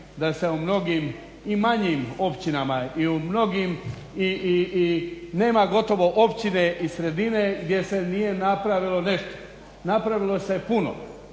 da se u mnogim i manjim općinama i u mnogim, i nema gotovo općine i sredine gdje se nije napravilo nešto, napravilo se puno.